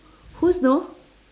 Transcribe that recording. who's know